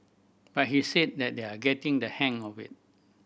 but he said that they are getting the hang of it